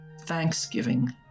thanksgiving